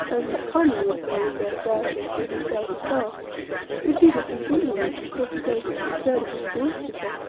as was common with her when thus ayesha threw her sight afar, which either from indolence, or because, as she said, it exhausted her,